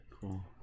cool